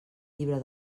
llibre